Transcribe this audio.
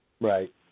Right